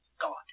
god